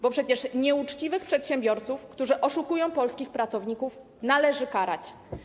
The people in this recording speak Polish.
Bo przecież nieuczciwych przedsiębiorców, którzy oszukują polskich pracowników, należy karać.